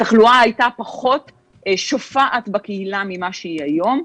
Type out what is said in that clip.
התחלואה הייתה פחות שופעת בקהילה ממה שהיא היום,